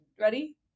ready